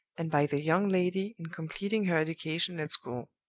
and by the young lady in completing her education at school.